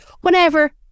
whenever